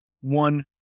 one